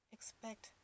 Expect